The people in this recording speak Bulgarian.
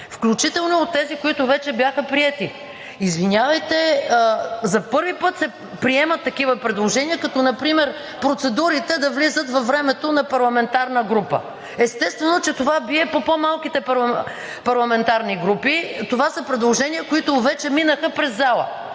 включително и от тези, които вече бяха приети. Извинявайте, за първи път се приемат такива предложения, като например процедурите да влизат във времето на парламентарна група. Естествено, че това бие по по-малките парламентарни групи. Това са предложения, които вече минаха през залата.